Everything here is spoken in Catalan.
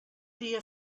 dia